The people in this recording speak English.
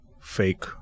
fake